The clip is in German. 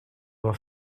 war